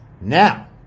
Now